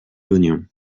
l’oignon